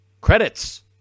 credits